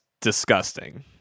disgusting